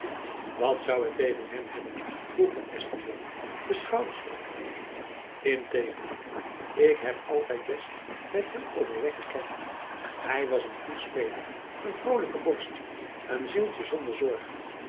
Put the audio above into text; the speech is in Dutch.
wat zoû ik tegen hem hebben vroeg van espenblad de schouders ophalende in tegendeel ik heb altijd best met hem overweg gekend hy was een goed speler een vrolijke borst een